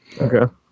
Okay